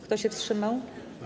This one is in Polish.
Kto się wstrzymał?